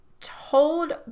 told